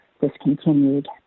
discontinued